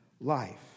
life